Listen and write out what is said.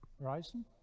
Horizon